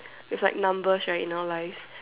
there's like numbers right in our life